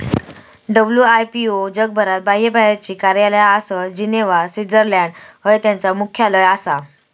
WIPO जगभरात बाह्यबाहेरची कार्यालया आसत, जिनेव्हा, स्वित्झर्लंड हय त्यांचा मुख्यालय आसा